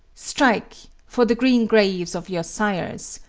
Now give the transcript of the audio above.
strike for the green graves of your sires,